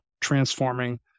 transforming